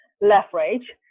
leverage